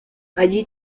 allí